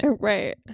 Right